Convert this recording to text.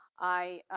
i